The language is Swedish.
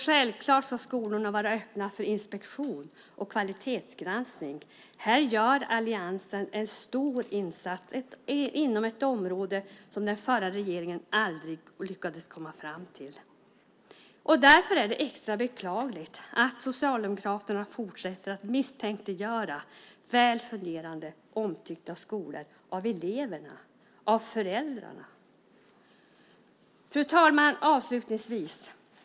Självklart ska skolorna vara öppna för inspektion och kvalitetsgranskning. Här gör alliansen en stor insats inom ett område som den förra regeringen aldrig lyckades komma fram till. Därför är det extra beklagligt att Socialdemokraterna fortsätter att misstänkliggöra väl fungerande av eleverna och föräldrarna omtyckta skolor. Fru talman!